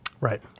Right